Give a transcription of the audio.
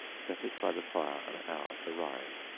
set it by the fire an hour to rise,